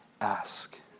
ask